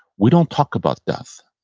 we don't talk about death.